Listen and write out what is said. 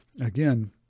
Again